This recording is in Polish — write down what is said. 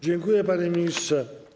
Dziękuję, panie ministrze.